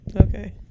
Okay